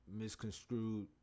misconstrued